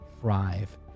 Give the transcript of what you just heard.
thrive